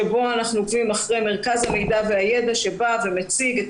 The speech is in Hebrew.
שבו אנחנו עוקבים אחרי מרכז המידע והידע שמציג את